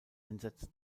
entsetzt